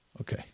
Okay